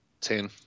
Ten